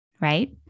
right